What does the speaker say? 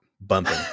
bumping